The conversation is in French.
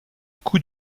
coût